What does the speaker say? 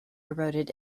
eroded